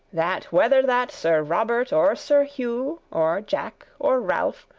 that whether that sir robert or sir hugh, or jack, or ralph,